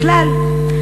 בכלל,